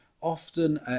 often